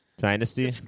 Dynasty